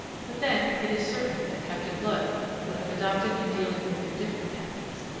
but, then, it is certain that captain blood would have adopted in dealing with him different tactics.